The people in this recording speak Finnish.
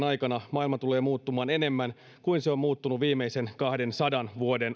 maailma tulee muuttumaan enemmän kuin se on muuttunut viimeisen kahdensadan vuoden